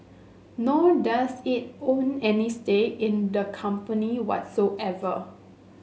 nor does it own any stake in the company whatsoever